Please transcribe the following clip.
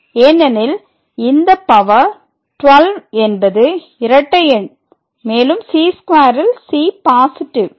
ஏனெனில் இந்த பவர் 12 என்பது இரட்டை எண் மேலும் c2 ல் c பாசிட்டிவ்